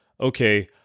okay